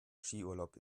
skiurlaub